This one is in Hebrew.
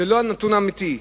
זה לא הנתון האמיתי.